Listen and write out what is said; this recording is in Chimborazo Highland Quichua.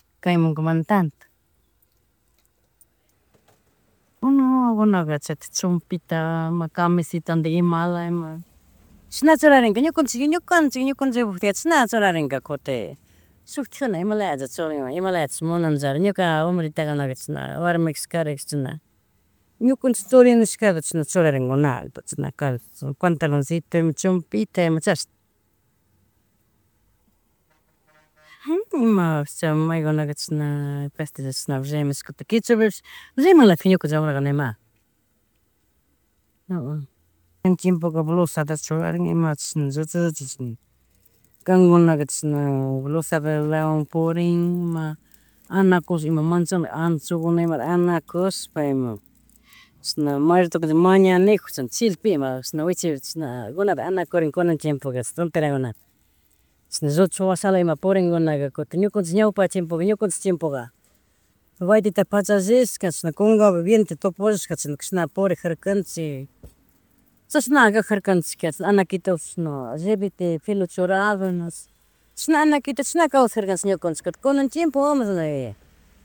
Kaymunka mana tanto, kunankunaka chaytik chumpita camisetantik ima chishna churarinka ñukanchik, ñukanchik, ñukanchikpu chashna churarinka kutin suktikuna imalayacha churan, imalayacha munanchari ñuka wambritakuna chishna warmikash, kari kash chishna. Ñukanchik churi nishkala chasna churanrinkuna, chashan acallo patalonllito, ima chompaita ima chasna. Imabicha, maykunka chashna castilla rimash kutik kichwapipash rimanlaka ñukanchik wambrakunaka ima. Kunan chimpuka blusata churarina ima chishna lluchalla chishna, kankunaka chishna blusatalaguan purin, ima anakush ima manchani anchoguna, imata anakushpa ima, chishna may ratoka mañaneju chilpi ima chishna wichiman chishna anakurin kunan tiempoka solterakuna chishna lluchu washala ima puringunaka kutin ñukanchik ñawpa chiempobika ñukanchik chiempoka, baytita fachallish kashna kunkapi bienta tupullishka kishna purijarkanchik chashna kajarkanchika, anakitopish rebete filo churado chashna anakito chishna kawsararkanchik ñukanchi kutin kunan chiempo wawa